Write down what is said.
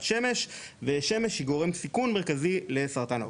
שמש ושמש היא גורם סיכון מרכזי לסרטן העור.